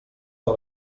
que